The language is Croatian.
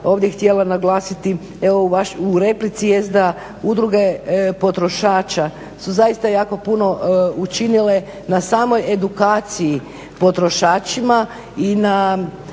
ovdje htjela naglasiti evo u replici jest da udruge potrošača su zaista jako puno učinile na samoj edukaciji potrošačima i na